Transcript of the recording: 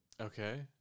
Okay